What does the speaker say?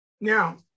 Now